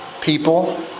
people